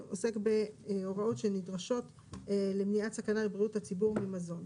עוסק בהוראות שנדרשות למניעת סכנה לבריאות הציבור ממזון.